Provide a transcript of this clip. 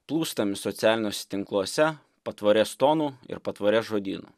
plūstami socialiniuose tinkluose patvorės tonu ir patvorės žodynu